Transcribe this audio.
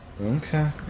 Okay